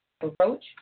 approach